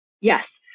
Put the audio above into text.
Yes